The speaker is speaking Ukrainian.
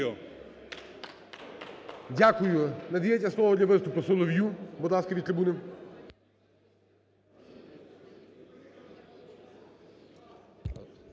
Дякую. Надається слово для виступу Солов'ю, будь ласка, від трибуни.